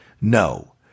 No